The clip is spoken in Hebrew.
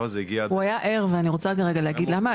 הוא היה ער ואני רוצה רגע להגיד למה,